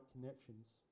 connections